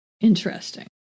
Interesting